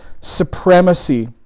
supremacy